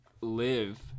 live